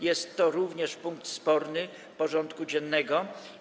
Jest to również punkt sporny porządku dziennego.